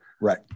Right